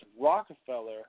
Rockefeller